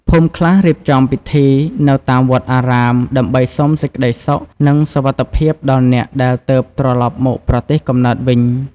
ភូមិខ្លះរៀបចំពិធីនៅតាមវត្តអារាម ដើម្បីសុំសេចក្ដីសុខ និងសុវត្ថិភាពដល់អ្នកដែលទើបត្រឡប់មកប្រទេសកំណើតវិញ។